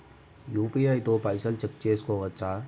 UPI తో పైసల్ check చేసుకోవచ్చా?